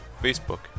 Facebook